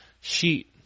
sheet